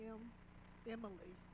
Emily